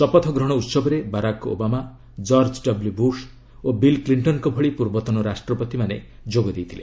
ଶପଥ ଗ୍ରହଣ ଉତ୍ସବରେ Barack Obama George W Bush ଓ ବିଲ୍ କ୍ଲିଣ୍ଟନ୍ଙ୍କ ଭଳି ପୂର୍ବତନ ରାଷ୍ଟ୍ରପତିମାନେ ଯୋଗ ଦେଇଥିଲେ